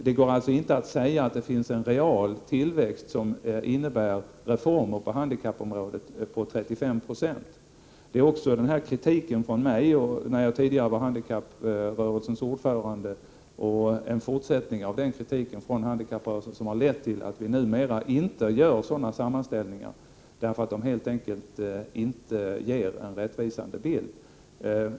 Det går alltså inte att säga att det finns en real tillväxt som innebär en volymökning på 35 96 när det gäller reformer på handikappområdet. Det är alltså kritiken från mig under den tid jag var handikapprörelsens ordförande och fortsatt kritik från handikapprörelsen som lett till att vi numera inte gör sådana sammanställningar. De ger helt enkelt inte en rättvisande bild.